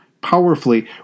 powerfully